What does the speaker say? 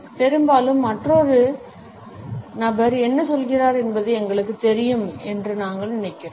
பெரும்பாலும் மற்றொரு நபர் என்ன சொல்கிறார் என்பது எங்களுக்குத் தெரியும் என்று நாங்கள் நினைக்கிறோம்